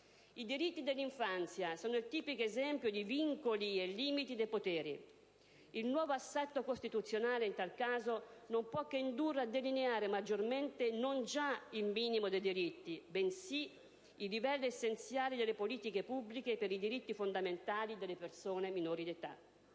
I diritti dell'infanzia sono il tipico esempio di vincoli e limiti dei poteri. Il nuovo assetto costituzionale in tal caso non può che indurre a delineare maggiormente non già il minimo dei diritti, bensì i livelli essenziali delle politiche pubbliche per i diritti fondamentali delle persone minori di età.